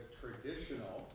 traditional